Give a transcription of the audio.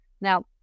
Now